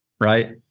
Right